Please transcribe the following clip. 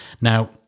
Now